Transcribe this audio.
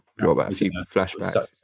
flashbacks